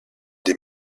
des